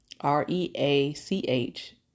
R-E-A-C-H